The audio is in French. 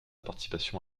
participation